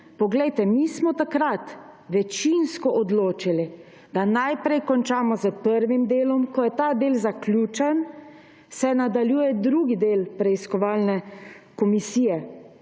Poglejte, mi smo takrat večinsko odločili, da najprej končamo s prvim delom, ko je ta del zaključen, se nadaljuje drugi del preiskovalne komisije.